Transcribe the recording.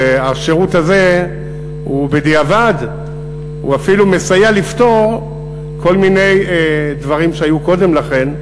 השירות הזה בדיעבד אפילו מסייע לפתור כל מיני דברים שהיו קודם לכן,